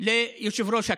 ליושב-ראש הכנסת.